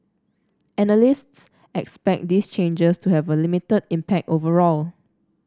analysts expect these changes to have a limited impact overall